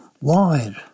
wide